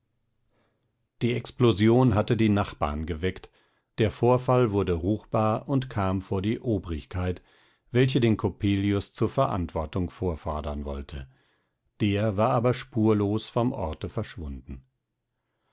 die explosion hatte die nachbarn geweckt der vorfall wurde ruchtbar und kam vor die obrigkeit welche den coppelius zur verantwortung vorfordern wollte der war aber spurlos vom orte verschwunden